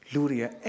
Luria